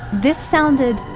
this sounded,